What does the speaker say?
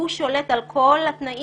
הוא שולט על כל התנאים,